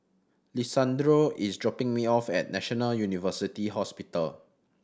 Lisandro is dropping me off at National University Hospital